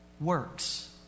Works